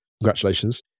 Congratulations